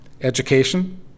education